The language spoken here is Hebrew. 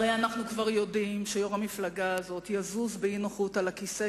הרי אנחנו כבר יודעים שיושב-ראש המפלגה הזאת יזוז באי-נוחות על הכיסא,